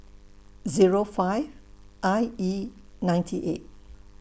Zero five I E ninety eight